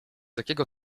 jakiego